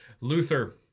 Luther